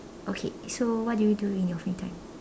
okay so what do you do in your free time